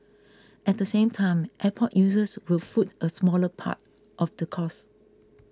at the same time airport users will foot a smaller part of the cost